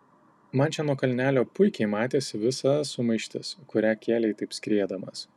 man čia nuo kalnelio puikiai matėsi visa sumaištis kurią kėlei taip skriedamas